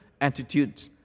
attitude